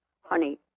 Honey